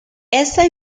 esta